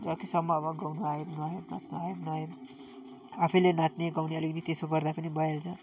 जतिसम्म अब गाउनु आए पनि नआए पनि नाच्नु आए पनि नआए पनि आफैले नाच्ने गाउने अलिकति त्यसो गर्दा पनि भइहाल्छ